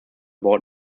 bord